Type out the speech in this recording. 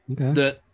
okay